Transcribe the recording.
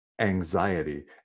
anxiety